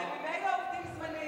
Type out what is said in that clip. שהם ממילא עובדים זמניים.